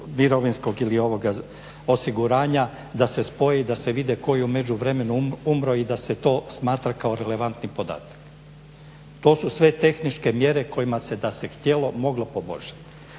mirovinskog ili ovoga osiguranja da se spoje i da se vidi tko je u međuvremenu umro i da se to smatra kao relevantni podatak. To su sve tehničke mjere kojima se da se htjelo moglo poboljšati.